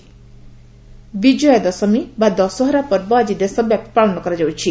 ବିଜୟା ଦଶମୀ ବିଜୟା ଦଶମୀ ବା ଦଶହରା ପର୍ବ ଆଜି ଦେଶବ୍ୟାପୀ ପାଳନ କରାଯାଉଛି